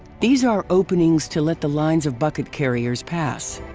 these are openings to let the lines of bucket carriers pass.